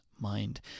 mind